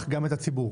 אך גם את הציבור.